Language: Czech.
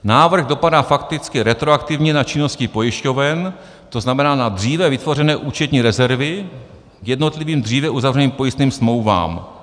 Návrh dopadá fakticky retroaktivně na činnosti pojišťoven, tzn. na dříve vytvořené účetní rezervy k jednotlivým dříve uzavřeným pojistným smlouvám.